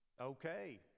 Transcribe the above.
okay